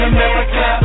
America